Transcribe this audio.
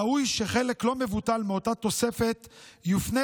ראוי שחלק לא מבוטל מאותה תוספת יופנה